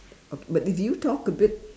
okay but if you talk a bit